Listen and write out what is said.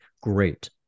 great